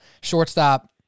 Shortstop